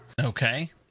okay